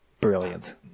brilliant